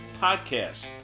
podcast